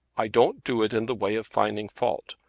i don't do it in the way of finding fault.